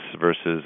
versus